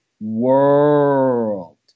world